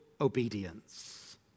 obedience